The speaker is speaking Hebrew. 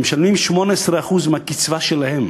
הם משלמים 18% מהקצבה שלהם